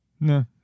No